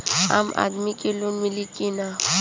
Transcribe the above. आम आदमी के लोन मिली कि ना?